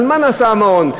על מה נעשה המעון?